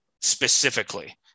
specifically